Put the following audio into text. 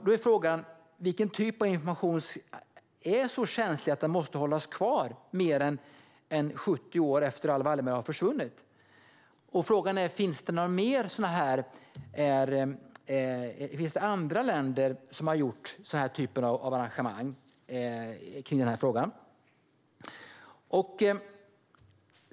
Då är frågan: Vilken typ av information är så känslig att den måste förbli sekretessbelagd mer än 70 år efter det att Raoul Wallenberg försvann? Finns det andra länder som har gjort liknande arrangemang i den här frågan?